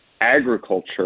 agriculture